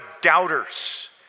doubters